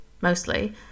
Mostly